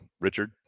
Richard